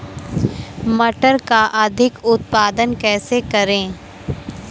मटर का अधिक उत्पादन कैसे करें?